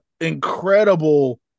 incredible